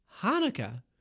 Hanukkah